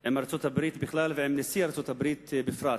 עם ארצות-הברית בכלל ועם נשיא ארצות-הברית בפרט?